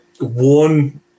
one